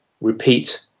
repeat